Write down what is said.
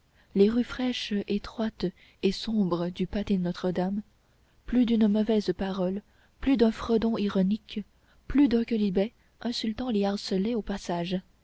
les rues fraîches étroites et sombres du pâté notre-dame plus d'une mauvaise parole plus d'un fredon ironique plus d'un quolibet insultant les harcelait au passage